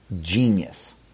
genius